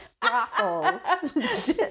brothels